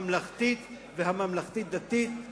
הממלכתית והממלכתית-דתית,